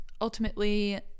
ultimately